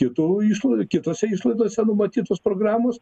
kitų išlaidų kitose išlaidose numatytos programos